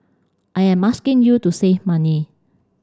I am asking you to save money